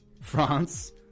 France-